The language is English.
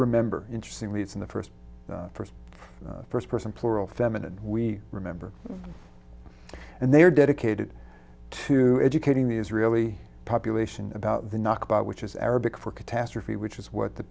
remember interesting these in the first first first person plural feminine we remember and they are dedicated to educating the israeli population about the knockabout which is arabic for catastrophe which is what the